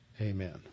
amen